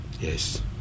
yes